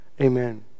Amen